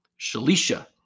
Shalisha